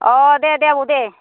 अ दे दे आबौ दे